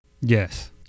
Yes